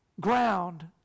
ground